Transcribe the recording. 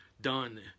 done